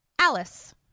alice